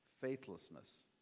faithlessness